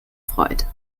freut